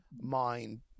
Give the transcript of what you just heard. mind